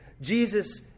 Jesus